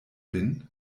bin